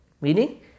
Meaning